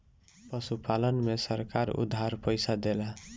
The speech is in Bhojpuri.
पशुपालन में सरकार उधार पइसा देला?